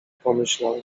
pomyślał